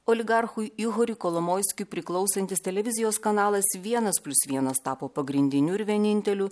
oligarchui igoriui kolomoiskiui priklausantis televizijos kanalas vienas plius vienas tapo pagrindiniu ir vieninteliu